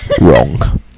Wrong